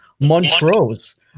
Montrose